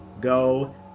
go